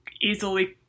easily